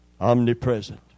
Omnipresent